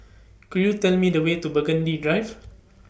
Could YOU Tell Me The Way to Burgundy Drive